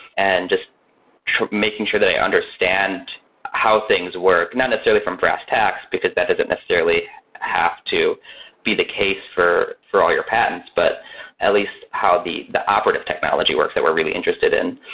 and just making sure that i understand how things work. not necessarily from brass tacks, because that doesn't necessarily have to be the case for for all your patents, but at least how the the operative technology works that we're really interested in.